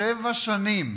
שבע שנים,